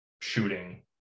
shooting